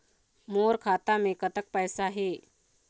मोर खाता मे कतक पैसा हे?